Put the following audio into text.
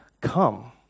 come